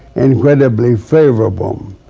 incredibly favorable.